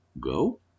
go